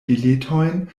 biletojn